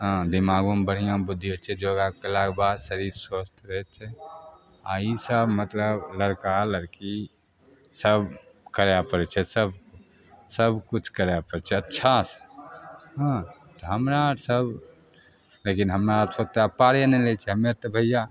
हँ दिमागोमे बढ़िआँ बुद्धि होइ छै योगामे योगा कएलाके बाद शरीर स्वस्थ रहै छै आओर ईसब मतलब लड़का लड़की सभ करै पड़ै छै सब सबकिछु करै पड़ै छै अच्छासे हुँ तऽ हमरा आओरसभ लेकिन हमरा आओरसे ओतेक पारे नहि लागै छै हमे तऽ भइआ